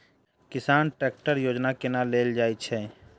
किसान ट्रैकटर योजना केना लेल जाय छै?